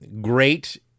great